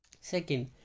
Second